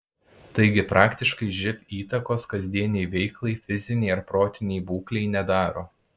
taigi praktiškai živ įtakos kasdienei veiklai fizinei ar protinei būklei nedaro